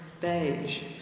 Beige